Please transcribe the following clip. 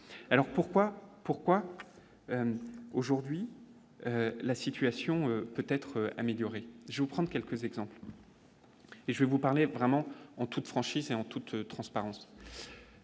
pourquoi, aujourd'hui, la situation peut-être amélioré je vous prendre quelques exemples, et je vais vous parler vraiment en toute franchise et en toute transparence.